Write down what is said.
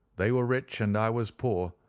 they were rich and i was poor,